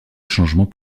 changement